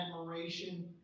admiration